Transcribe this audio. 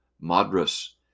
Madras